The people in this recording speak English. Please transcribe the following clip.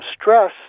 stress